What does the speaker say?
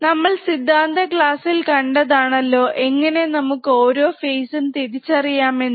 നമ്മൾ സിദ്ധാന്ത ക്ലാസ്സിൽ കണ്ടതാണല്ലോ എങ്ങനെ നമുക്ക് ഓരോ ഫെയ്സ്സും തിരിച്ചറിയാം എന്ന്